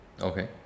Okay